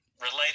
related